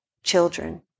Children